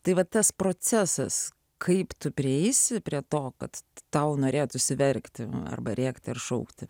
tai vat tas procesas kaip tu prieisi prie to kad tau norėtųsi verkti arba rėkti ir šaukti